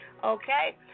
Okay